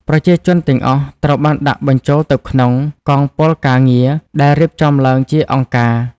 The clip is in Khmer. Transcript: ប្រជាជនទាំងអស់ត្រូវបានដាក់បញ្ចូលទៅក្នុង កងពលការងារ ដែលរៀបចំឡើងជាអង្គការ។